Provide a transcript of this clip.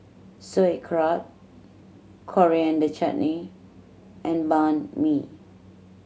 Sauerkraut Coriander Chutney and Banh Mi